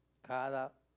cada